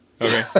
okay